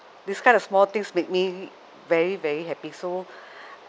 this kind of small things make me very very happy so